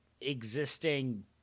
existing